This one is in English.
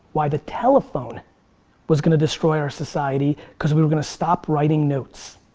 why the telephone was gonna destroy our society cause we were gonna stop writing notes.